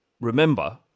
remember